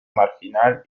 marginal